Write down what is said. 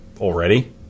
Already